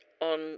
on